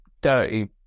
Dirty